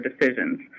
decisions